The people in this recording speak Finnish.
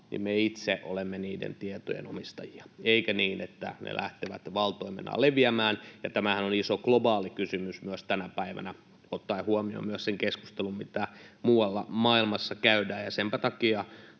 omaa, me itse olemme niiden tietojen omistajia, eikä niin, että ne lähtevät valtoimenaan leviämään. Tämähän on iso globaali kysymys myös tänä päivänä, ottaen huomioon myös sen keskustelun, mitä muualla maailmassa käydään, ja senpä takia